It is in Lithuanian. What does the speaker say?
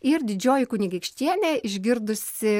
ir didžioji kunigaikštienė išgirdusi